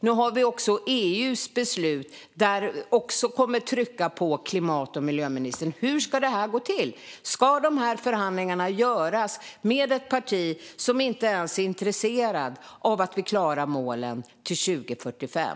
Nu har vi också EU:s beslut som kommer att öka trycket på klimat och miljöministern. Hur ska detta gå till? Ska förhandlingar föras med ett parti som inte ens är intresserat av att vi ska klara målen till 2045?